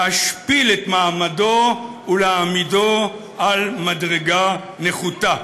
להשפיל את מעמדו ולהעמידו על מדרגה נחותה.